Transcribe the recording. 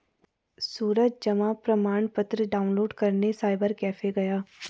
सूरज जमा प्रमाण पत्र डाउनलोड करने साइबर कैफे गया